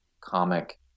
comic